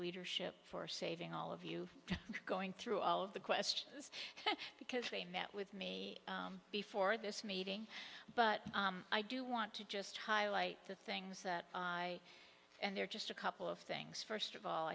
thank for saving all of you going through all of the questions because they met with me before this meeting but i do want to just highlight the things that i and they're just a couple of things first of all